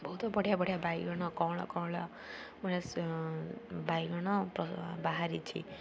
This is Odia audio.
ବହୁତ ବଢ଼ିଆ ବଢ଼ିଆ ବାଇଗଣ କଅଁଳ କଅଁଳ ଭଳିଆ ବାଇଗଣ ବାହାରିଛି